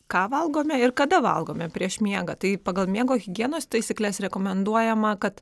ką valgome ir kada valgome prieš miegą tai pagal miego higienos taisykles rekomenduojama kad